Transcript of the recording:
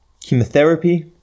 Chemotherapy